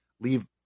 leave